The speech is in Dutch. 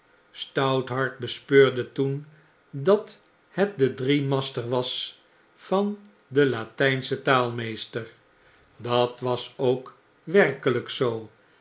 stouthart bespeurde toen dat het de driemaster was van den latgnschen taalmeester dat was ook werkeljk zoo